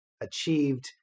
achieved